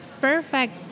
perfect